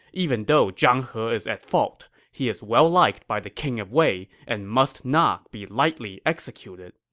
even though zhang he is at fault, he is well-liked by the king of wei and must not be lightly executed.